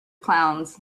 clowns